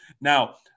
Now